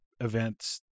events